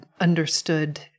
understood